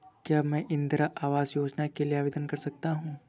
क्या मैं इंदिरा आवास योजना के लिए आवेदन कर सकता हूँ?